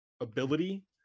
ability